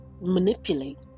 manipulate